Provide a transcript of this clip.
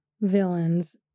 villains